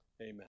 Amen